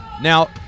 Now